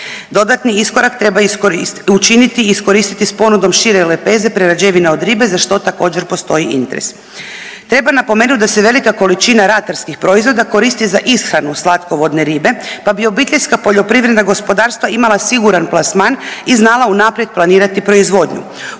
Dodatni iskorak treba učiniti i iskoristiti s ponudom šire lepeze prerađevina od ribe za što također postoji interes. Treba napomenut da se velika količina ratarskih proizvoda koristi za ishranu slatkovodne ribe pa bi OPG-ovi imali siguran plasman i znala unaprijed planirati proizvodnju.